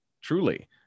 truly